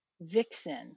vixen